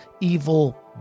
evil